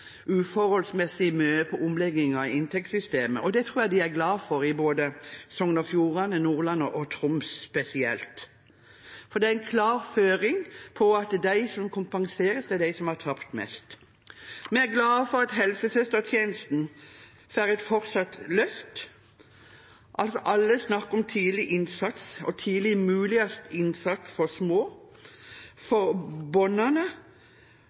uforholdsmessig mye på omleggingen av inntektssystemet. Det tror jeg de er glade for i både Sogn og Fjordane, Nordland og Troms spesielt, for det er en klar føring for at de som kompenseres, er de som har tapt mest. Vi er glade for at helsesøstertjenesten får et fortsatt løft. Alle snakker om tidlig innsats og tidligst mulig innsats for de små,